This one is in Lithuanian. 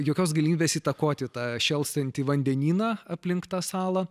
jokios galimybės įtakoti tą šėlstantį vandenyną aplink tą salą